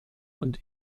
und